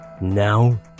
now